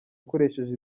akoresheje